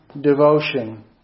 devotion